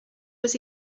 was